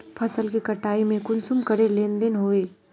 फसल के कटाई में कुंसम करे लेन देन होए?